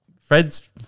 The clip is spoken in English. Fred's